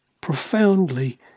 profoundly